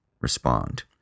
respond